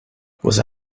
واسه